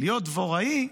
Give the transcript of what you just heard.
להיות דבוראי,